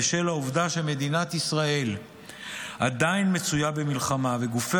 בשל העובדה שמדינת ישראל עדיין מצויה במלחמה וגופי